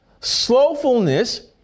Slowfulness